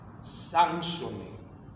sanctioning